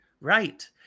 Right